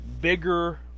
bigger